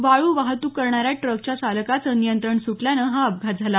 वाळू वाहतूक करणाऱ्या ट्रकच्या चालकाचं नियंत्रण सुटल्यानं हा अपघात झाला